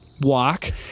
walk